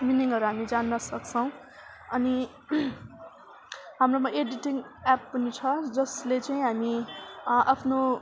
मिनिङहरू हामी जान्न सक्छौँ अनि हाम्रोमा एडिटिङ एप पनि छ जसले चाहिँ हामी आफ्नो